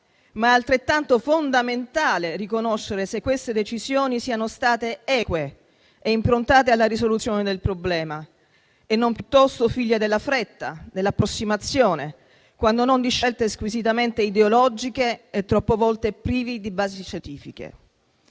è altrettanto fondamentale riconoscere se queste decisioni siano state eque e improntate alla risoluzione del problema e non piuttosto figlie della fretta o dell'approssimazione, quando non di scelte squisitamente ideologiche e troppe volte prive di basi scientifiche.